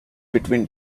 between